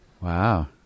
wow